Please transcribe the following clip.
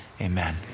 amen